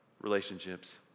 relationships